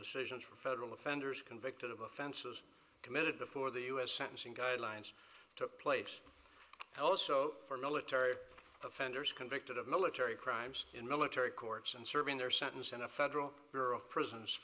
decisions for federal offenders convicted of offenses committed before the us sentencing guidelines took place also for military offenders convicted of military crimes in military courts and serving their sentence in a federal bureau of prisons